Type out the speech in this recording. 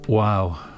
Wow